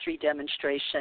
demonstration